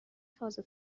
تازه